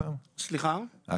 אני חושב שזה